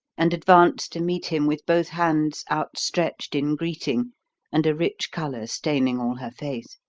and advanced to meet him with both hands outstretched in greeting and a rich colour staining all her face.